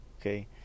Okay